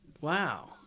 Wow